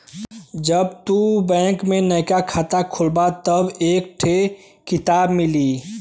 जब तू बैंक में नइका खाता खोलबा तब एक थे किताब मिली